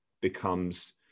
becomes